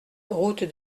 route